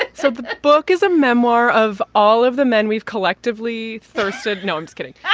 ah so but the book is a memoir of all of the men we've collectively thirsted. gnomes getting yeah